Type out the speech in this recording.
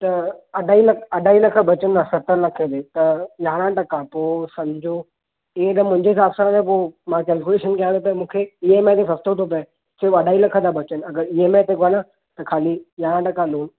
त अढाई लखु अढाई लख बचंदा सत लख में त यारहां टका पोइ समुझो हीअं त मुंहिंजे हिसाबु सां त पोइ मां कैल्कुलेशन कयां त मूंखे ई ऐम आई ते सस्तो थो पए सिर्फ़ु अढाई लख था बचनि अगि॒र ई ऐम आई ते वञां त ख़ाली यारहां टका लोन